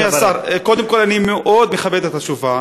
אדוני השר, קודם כול, אני מאוד מכבד את התשובה.